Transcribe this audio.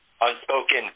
unspoken